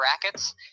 brackets